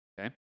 okay